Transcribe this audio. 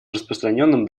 распространенном